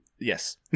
yes